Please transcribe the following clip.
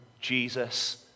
Jesus